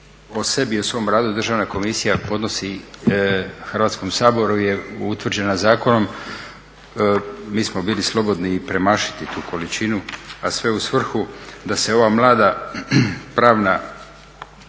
o sebi i svom radu Državna komisija podnosi Hrvatskom saboru je utvrđena zakonom. Mi smo bili slobodni i premašiti tu količinu a sve u svrhu da se ova mlada pravna